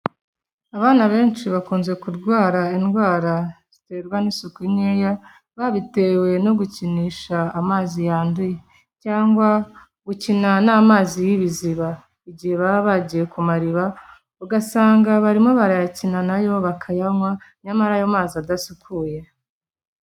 Abana benshi bakunze kurwara indwara ziterwa n'isuku nkeya, babitewe no gukinisha amazi yanduye cyangwa gukina n'amazi y'ibiziba, igihe baba bagiye ku mariba ugasanga barimo barayakina na yo bakayanywa, nyamara ayo mazi adasukuye.